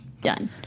done